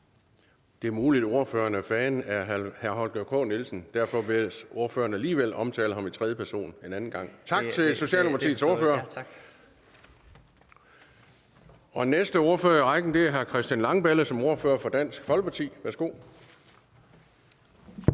Det er muligt, at ordføreren er fan af hr. Holger K. Nielsen. Alligevel bør ordføreren omtale ham i tredje person en anden gang. Tak til Socialdemokratiets ordfører. Næste ordfører i rækken er hr. Christian Langballe som ordfører for Dansk Folkeparti. Værsgo.